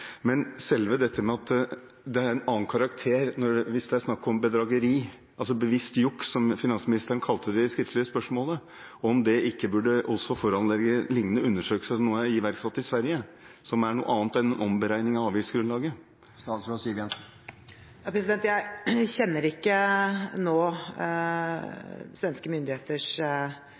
Men burde ikke det at det er av en annen karakter hvis det er snakk om bedrageri – altså bevisst juks, som finansministeren kalte det i det skriftlige svaret – foranledige lignende undersøkelser som dem som nå er iverksatt i Sverige, som gjelder noe annet enn omberegning av avgiftsgrunnlaget? Jeg kjenner ikke til svenske myndigheters initiativ på dette området nå,